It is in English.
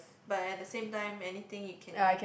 but at the same time anything you can